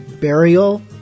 Burial